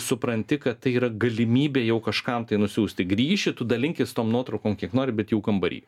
supranti kad tai yra galimybė jau kažkam tai nusiųsti grįši tu dalinkis tom nuotraukom kiek nori bet jau kambary